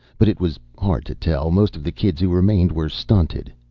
but it was hard to tell. most of the kids who remained were stunted.